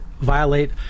violate